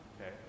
Okay